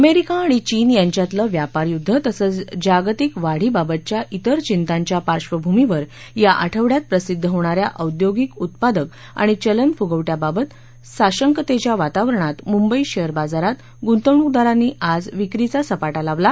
America आणि चीन यांच्यातलं व्यापार युद्ध तसंच जागतिक वाढीबाबतच्या इतर चिंतांच्या पार्श्वभूमीवर या आठवड्यात प्रसिद्ध होणा या औद्योगिक उत्पादक आणि चलन फुगवट्याबाबत शासंकतेच्या वातावरणात मुंबई शेअर बाजारात गुंतवणूकदारांनी आज विक्रीचा सपाटा लावला